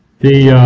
the